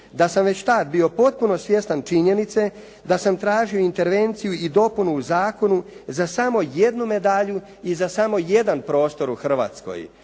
da sam već tad bio potpuno svjestan činjenice da sam tražio intervenciju i dopunu u zakonu za samo jednu medalju i za samo jedan prostor u Hrvatskoj,